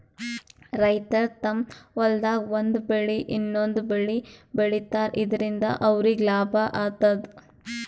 ರೈತರ್ ತಮ್ಮ್ ಹೊಲ್ದಾಗ್ ಒಂದ್ ಬೆಳಿ ಇನ್ನೊಂದ್ ಬೆಳಿ ಬೆಳಿತಾರ್ ಇದರಿಂದ ಅವ್ರಿಗ್ ಲಾಭ ಆತದ್